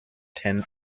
ten